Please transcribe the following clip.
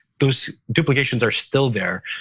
those duplications are still there.